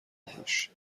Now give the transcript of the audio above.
باهوش